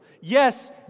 yes